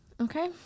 Okay